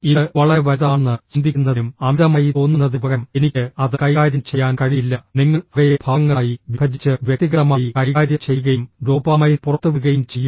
ഇത് വളരെ വലുതാണെന്ന് ചിന്തിക്കുന്നതിനും അമിതമായി തോന്നുന്നതിനുപകരം എനിക്ക് അത് കൈകാര്യം ചെയ്യാൻ കഴിയില്ല നിങ്ങൾ അവയെ ഭാഗങ്ങളായി വിഭജിച്ച് വ്യക്തിഗതമായി കൈകാര്യം ചെയ്യുകയും ഡോപാമൈൻ പുറത്തുവിടുകയും ചെയ്യുക